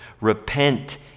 Repent